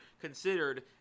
considered